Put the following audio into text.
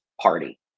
party